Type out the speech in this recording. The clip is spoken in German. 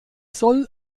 soll